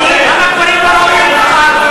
למה גברים לא ראויים?